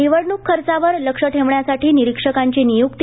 निवडणक खर्चावर लक्ष ठेवण्यासाठी निरीक्षकांची नियक्ती